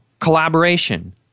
collaboration